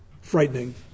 frightening